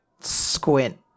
squint